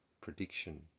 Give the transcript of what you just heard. prediction